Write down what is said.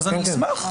אני אשמח,